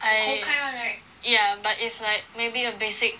I yeah but if like maybe a basic